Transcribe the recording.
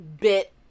bit